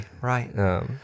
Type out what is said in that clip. Right